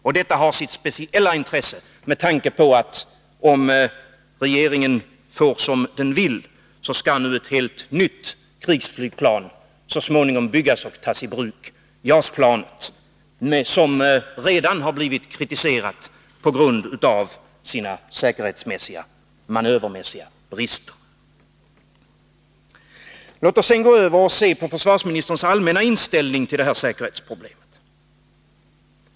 Och detta har sitt speciella intresse med tanke på att — om regeringen får som den vill — ett helt nytt krigsflygplan så småningom skall byggas och tas i bruk: JAS-planet, som redan har blivit kritiserat på grund av sina säkerhetsmässiga och manövermässiga brister. Låt oss sedan gå över och se på försvarsministerns allmänna inställning till detta säkerhetsproblem.